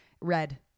red